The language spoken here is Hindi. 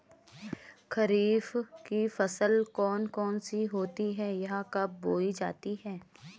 खरीफ की फसल कौन कौन सी होती हैं यह कब बोई जाती हैं?